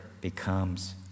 becomes